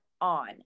on